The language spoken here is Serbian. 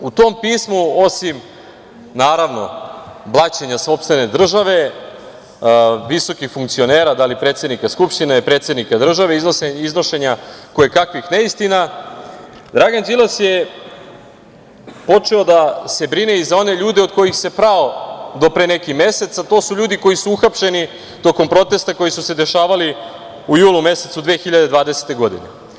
U tom pismu, osim, naravno, blaćenja sopstvene države, visokih funkcionera, da li predsednika Skupštine, da li predsednika države, iznošenja kojekakvih neistina, Dragan Đilas je počeo da se brine i za one ljude od kojih se prao do pre neki mesec, a to su ljudi koji su uhapšeni tokom protesta koji su se dešavali u julu mesecu 2020. godine.